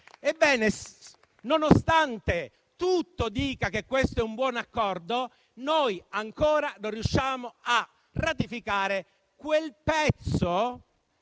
Ebbene, nonostante tutto dica che questo è un buon accordo, noi ancora non riusciamo a ratificare la parte